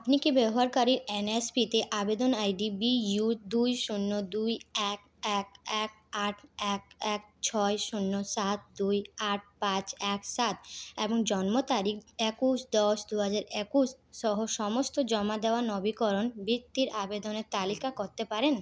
আপনি কি ব্যবহারকারীর এন এস পিতে আবেদন আই ডি বি ইউ দুই শূন্য দুই এক এক এক আট এক এক ছয় শূন্য সাত দুই আট পাঁচ এক সাত এবং জন্মতারিখ একুশ দশ দুহাজার একুশ সহ সমস্ত জমা দেওয়ার নবীকরণ বৃত্তির আবেদনের তালিকা করতে পারেন